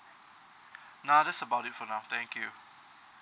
nah that's about it for now thank you